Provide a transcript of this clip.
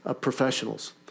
professionals